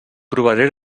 provaré